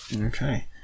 Okay